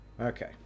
Okay